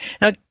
now